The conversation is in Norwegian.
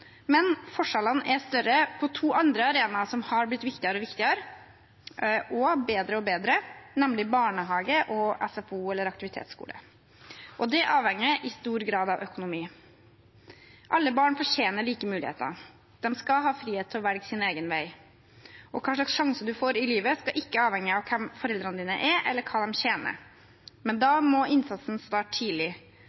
men forskjellene er større på to andre arenaer som har blitt viktigere og viktigere og bedre og bedre, nemlig barnehage og SFO eller aktivitetsskole. Det avhenger i stor grad av økonomi. Alle barn fortjener like muligheter. De skal ha frihet til å velge sin egen vei, og hvilke sjanser de får i livet, skal ikke avhenge av hvem foreldrene er, eller hva de tjener. Da